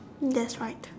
that's right